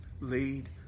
lead